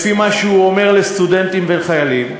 לפי מה שהוא אומר, לסטודנטים ולחיילים?